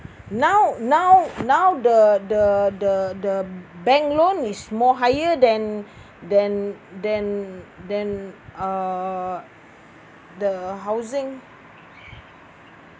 now now now the the the the bank loan is more higher than than than than uh the housing